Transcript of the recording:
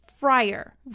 fryer